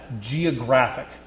geographic